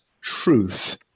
truth